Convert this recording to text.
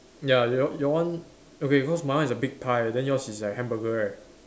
ya your your one okay cause my one is a big pie then yours is the hamburger right